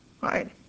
Right